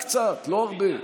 רק קצת, לא הרבה.